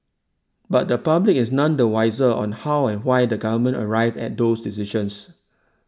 but the public is none the wiser on how and why the Government arrived at do those decisions